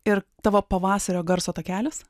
ir tavo pavasario garso takelis